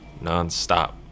nonstop